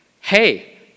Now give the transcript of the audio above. hey